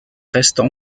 restent